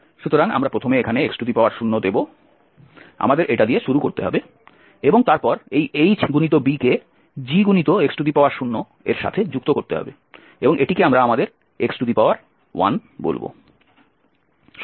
সুতরাং আমরা প্রথমে এখানে x0দেব আমাদের এটা দিয়ে শুরু করতে হবে এবং তারপর এই Hb কে Gx0এর সাথে যুক্ত করতে হবে এবং এটিকে আমরা আমাদের x1 বলব